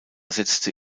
setzte